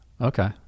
Okay